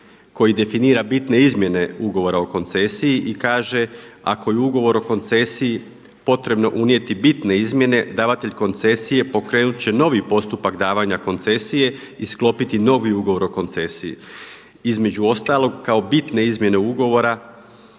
koji definira bitne izmjene ugovora o koncesiji i kaže ako je u ugovor o koncesiji potrebno unijeti bitne izmjene davatelj koncesije pokrenut će novi postupak davanja koncesije i sklopiti novi ugovor o koncesiji. Između ostalog kao bitne izmjene ugovora